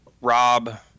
Rob